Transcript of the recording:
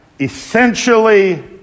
essentially